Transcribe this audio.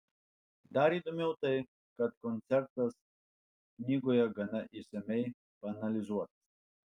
dar įdomiau tai kad koncertas knygoje gana išsamiai paanalizuotas